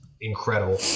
incredible